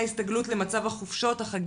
למה כל-כך מאוחר לקראת פתיחת שנת